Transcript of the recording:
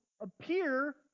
appear